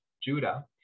judah